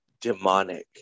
demonic